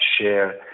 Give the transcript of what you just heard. share